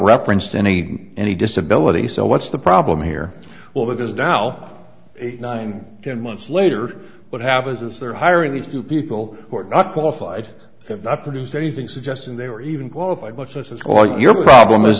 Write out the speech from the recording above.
reference to any any disability so what's the problem here well because now eight nine months later what happens is they're hiring these two people who are not qualified have not produced anything suggesting they were even qualified but since it's all your problem is